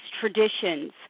traditions